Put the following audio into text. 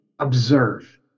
observe